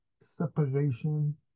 separation